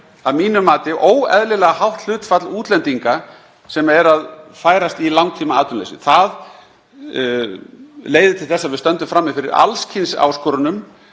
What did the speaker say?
að mínu mati með óeðlilega hátt hlutfall útlendinga sem eru að færast í langtímaatvinnuleysi. Það leiðir til þess að við stöndum frammi fyrir alls kyns áskorunum,